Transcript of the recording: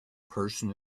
person